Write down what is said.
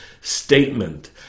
statement